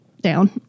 down